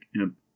imp